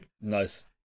Nice